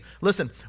Listen